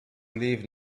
live